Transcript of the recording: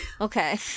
okay